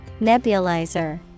Nebulizer